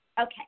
Okay